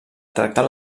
tractar